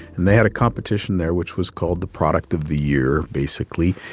and they had a competition there, which was called the product of the year, basically.